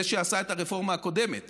זה שעשה את הרפורמה הקודמת